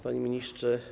Panie Ministrze!